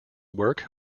work